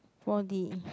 four D